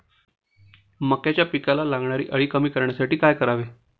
मक्याच्या पिकाला लागणारी अळी कमी करण्यासाठी काय करावे?